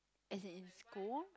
as in in school